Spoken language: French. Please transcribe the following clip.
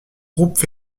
groupes